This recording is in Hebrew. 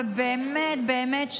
ובאמת באמת,